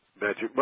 magic